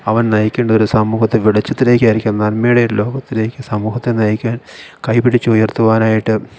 അവൻ നയിക്കേണ്ടതൊരു സമൂഹത്തെ വെളിച്ചത്തിലേക്കായിരിക്കും നന്മയുടെ ലോകത്തിലേക്ക് സമൂഹത്തെ നയിക്കാൻ കൈപിടിച്ചുയർത്തുവാനായിട്ട്